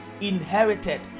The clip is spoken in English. inherited